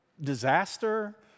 disaster